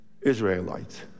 Israelites